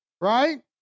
right